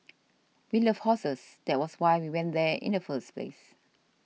we love horses that was why we went there in the first place